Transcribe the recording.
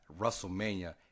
WrestleMania